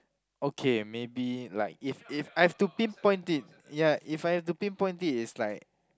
okay maybe like if if I've to pinpoint it ya if I have to pinpoint it's like